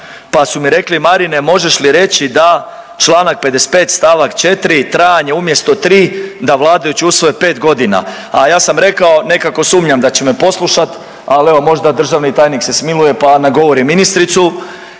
pa su mi rekli, Marine, možeš li reći da čl. 55. st. 4 trajanje umjesto 3, da vladajući usvoje 5 godina, a ja sam rekao nekako sumnjam da će me poslušati, ali evo, možda državni tajnik se smiluje pa nagovori ministricu